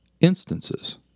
instances